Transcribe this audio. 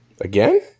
Again